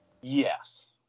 Yes